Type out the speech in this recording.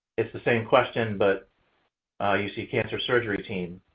it's the same question, but ah you see cancer surgery team